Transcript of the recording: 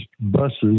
buses